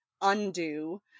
undo